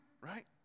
right